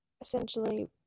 essentially